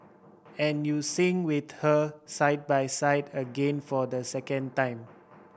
and you sing with her side by side again for the second time